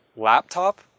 laptop